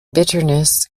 bitterness